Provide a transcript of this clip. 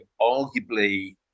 arguably